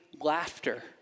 laughter